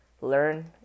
learn